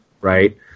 right